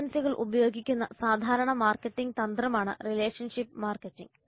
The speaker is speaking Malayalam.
ഏജൻസികൾ ഉപയോഗിക്കുന്ന സാധാരണ മാർക്കറ്റിംഗ് തന്ത്രമാണ് റിലേഷൻഷിപ്പ് മാർക്കറ്റിംഗ്